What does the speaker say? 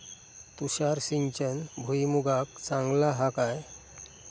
तुषार सिंचन भुईमुगाक चांगला हा काय?